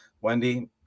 Wendy